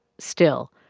still,